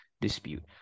dispute